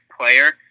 player